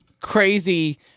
crazy